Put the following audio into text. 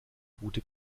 gute